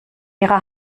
ihrer